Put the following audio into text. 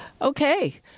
Okay